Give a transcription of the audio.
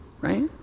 right